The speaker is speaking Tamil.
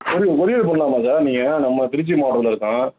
கொரி கொரியர் பண்ணலாமா சார் நீங்கள் நம்ம திருச்சி மாவட்டத்தில் இருக்கோம்